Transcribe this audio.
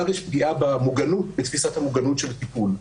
יש פגיעה בתפיסת המוגנות של הטיפול.